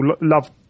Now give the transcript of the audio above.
love